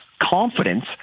confidence